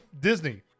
Disney